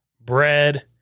Bread